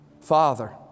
Father